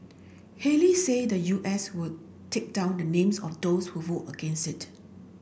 Haley said the U S would take down the names of those who vote against it